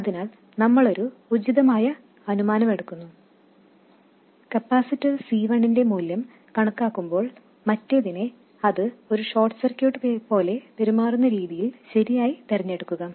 അതിനാൽ നമ്മളൊരു ഉചിതമായ അനുമാനമെടുക്കുന്നു കപ്പാസിറ്റർ C1ന്റെ മൂല്യം കണക്കാക്കുമ്പോൾ മറ്റേതിനെ അത് ഒരു ഷോർട്ട് സർക്യൂട്ട് പോലെ പെരുമാറുന്ന രീതിയിൽ ശരിയായി തിരഞ്ഞെടുക്കുക